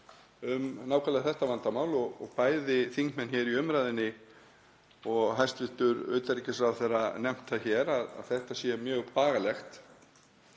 um nákvæmlega þetta vandamál og bæði þingmenn hér í umræðunni og hæstv. utanríkisráðherra hafa nefnt það hér að þetta sé mjög bagalegt.